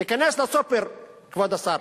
תיכנס לסופר, כבוד השר,